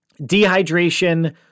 dehydration